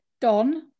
Don